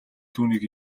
түүнийг